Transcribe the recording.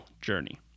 journey